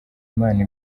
imana